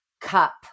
cup